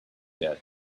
that